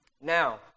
Now